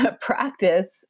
practice